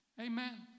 Amen